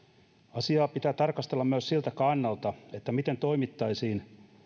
asiaa pitää tarkastella myös siltä kannalta miten toimittaisiin